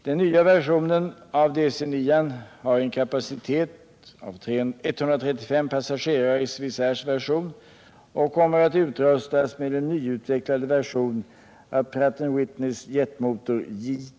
Den nya versionen av DC-9 har en kapacitet av 135 passagerare i Swissairs version och kommer att utrustas med en = Flygplatsfrågan i nyutvecklad version av Pratt & Withneys jetmotor JT8D.